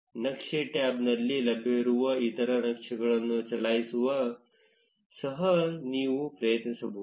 ನಕ್ಷೆ ಟ್ಯಾಬ್ನಲ್ಲಿ ಲಭ್ಯವಿರುವ ಇತರ ನಕ್ಷೆಗಳನ್ನು ಚಲಾಯಿಸಲು ಸಹ ನೀವು ಪ್ರಯತ್ನಿಸಬಹುದು